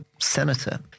senator